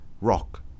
rock